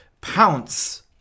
pounce